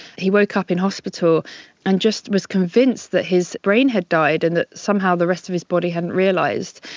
he woke up in hospital and just was convinced that his brain had died and that somehow the rest of his body hadn't realised.